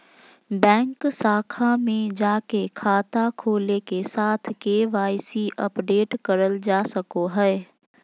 bank शाखा में जाके खाता खोले के साथ के.वाई.सी अपडेट करल जा सको हय